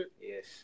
Yes